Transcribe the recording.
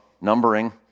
numbering